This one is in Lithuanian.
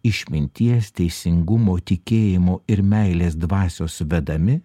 išminties teisingumo tikėjimo ir meilės dvasios vedami